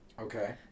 Okay